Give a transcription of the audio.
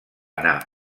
anar